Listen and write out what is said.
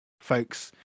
folks